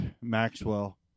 Maxwell